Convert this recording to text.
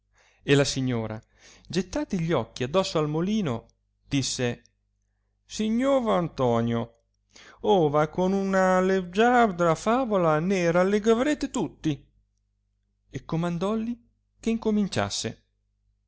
e la signora gettati gli occhi adosso al molino disse signor antonio ora con una leggiadra favola ne rallegrarete tutti e comandolli che incominciasse